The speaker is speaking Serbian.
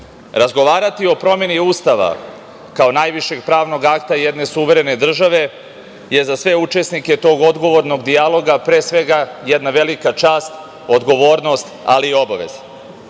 razgovarati o promeni Ustava kao najvišeg pravnog akta jedne suverene države je za sve učesnike tog odgovornog dijaloga pre svega jedna velika čast, odgovornosti, ali i obaveza. Sama